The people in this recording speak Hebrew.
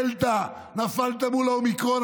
נפלת מול הדלתא, נפלת מול האומיקרון.